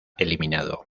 eliminado